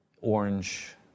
orange